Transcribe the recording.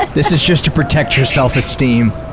like this is just to protect your self-esteem.